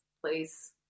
Please